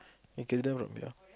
carry them or not ya